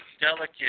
delicate